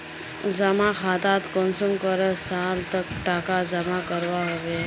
जमा खातात कुंसम करे साल तक टका जमा करवा होबे?